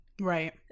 Right